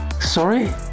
Sorry